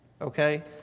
Okay